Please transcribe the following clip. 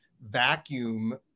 vacuum